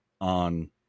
on